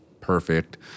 perfect